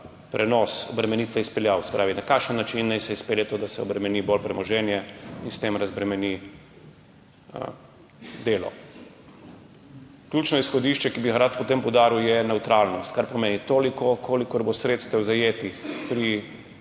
prenos obremenitve izpeljal, se pravi, na kakšen način naj se izpelje to, da se bolj obremeni premoženje in s tem razbremeni delo. Ključno izhodišče, ki bi ga rad potem poudaril, je nevtralnost, kar pomeni, kolikor bo zajetih